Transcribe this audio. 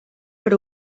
per